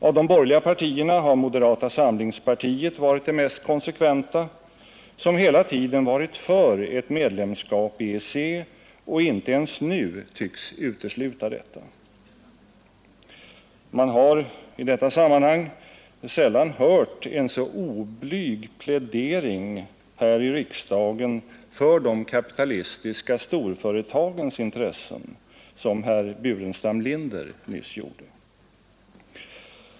Av de borgerliga partierna har moderata samlingspartiet varit det mest konsekventa, som hela tiden varit för ett medlemskap i EEC och inte ens nu tycks utesluta detta. Man har sällan här i riksdagen hört en så oblyg plädering för de kapitalistiska storföretagens intressen som den herr Burenstam Linder nyss gjorde.